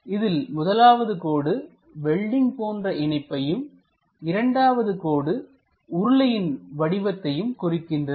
இதில் முதலாவது கோடு வெல்டிங் போன்ற இணைப்பையும் இரண்டாவது கோடு உருளையின் வடிவத்தையும் குறிக்கின்றது